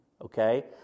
Okay